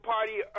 Party